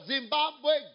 Zimbabwe